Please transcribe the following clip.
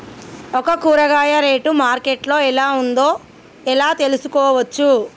ఒక కూరగాయ rate market లో ఎలా ఉందో ఎలా తెలుసుకోవచ్చు?